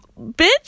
bitch